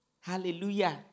Hallelujah